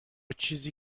چیزی